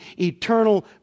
eternal